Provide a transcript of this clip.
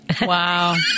Wow